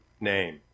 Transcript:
name